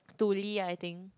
to Lee I think